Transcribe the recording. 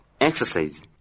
exercise